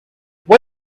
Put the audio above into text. what